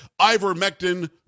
ivermectin